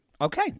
Okay